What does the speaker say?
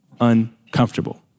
Uncomfortable